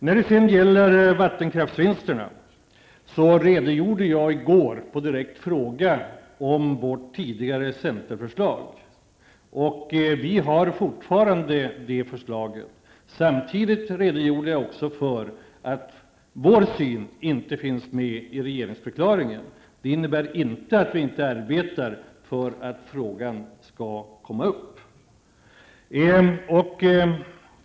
När det gäller vattenkraftsvinsterna redogjorde jag i går på direkt fråga för vårt tidigare centerförslag. Det förslaget står fortfarande kvar. Samtidigt redogjorde jag för att bara för att vår syn inte finns med i regeringsförklaringen innebär det inte att vi inte arbetar för att frågan skall tas upp.